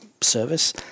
service